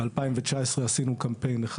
ב-2019 עשינו קמפיין אחד.